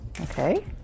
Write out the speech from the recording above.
okay